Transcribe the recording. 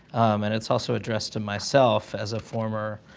and it's also addressed to myself as a former